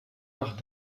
nach